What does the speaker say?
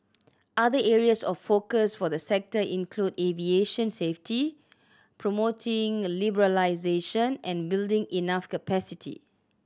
other areas of focus for the sector include aviation safety promoting liberalisation and building enough capacity